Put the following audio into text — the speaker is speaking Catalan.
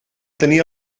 tenir